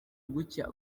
gucya